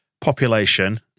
Population